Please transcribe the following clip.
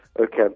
Okay